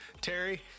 Terry